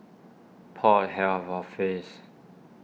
Port Health Office